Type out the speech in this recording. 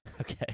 Okay